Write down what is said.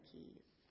Keys